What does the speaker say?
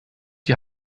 die